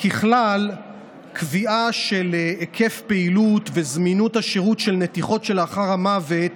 ככלל שקביעה של היקף פעילות וזמינות השירות של נתיחות בעניין המוות